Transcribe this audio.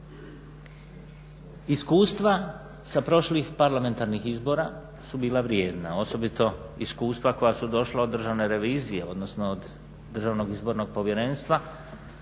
Iskustva sa prošlih parlamentarnih izbora su bila vrijedna, osobito iskustva koja su došla od Državne revizije, odnosno od DIP-a pa i svih